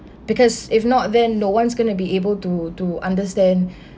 because if not then no one's going to be able to to understand